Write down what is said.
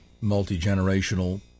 multi-generational